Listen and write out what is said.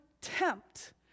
tempt